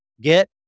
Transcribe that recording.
get